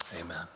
Amen